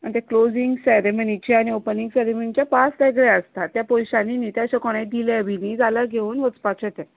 आनी ते क्लोसींग सेरेमनीचे आनी ओपनींग सेरेमनीचे पास वेगळे आसता ते पयश्यांनी न्ही ते अशे दिले बी जाल्यार घेवन वचपाचे ते